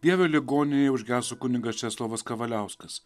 vievio ligoninėje užgeso kunigas česlovas kavaliauskas